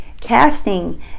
casting